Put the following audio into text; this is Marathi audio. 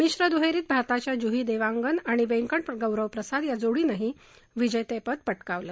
मिश्र दुहेरीत भारताच्या जूही देवांगन आणि वेंकट गौरव प्रसाद या जोडीनंही विजेतेपद मिळवलं